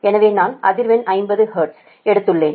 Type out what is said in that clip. எனவே நான் அதிர்வெண் 50 ஹெர்ட்ஸ் எடுத்துள்ளேன்